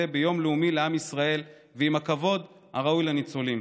ביום לאומי לעם ישראל ועם הכבוד הראוי לניצולים.